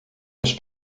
nos